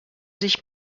sich